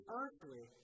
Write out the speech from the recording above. earthly